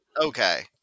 Okay